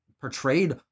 portrayed